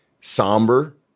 somber